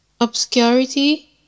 Obscurity